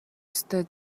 ёстой